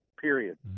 period